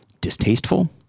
distasteful